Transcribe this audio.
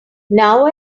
now